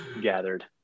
gathered